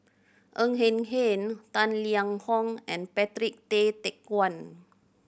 Ng Eng Hen Tang Liang Hong and Patrick Tay Teck Guan